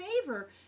favor